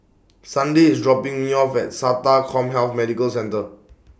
Sunday IS dropping Me off At Sata Commhealth Medical Centre